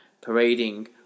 parading